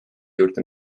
juurde